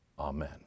Amen